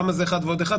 כמה זה אחד ועוד אחד?